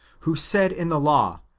who said in the law,